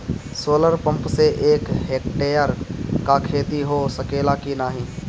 Solar pump से एक hectare क खेती हो सकेला की नाहीं?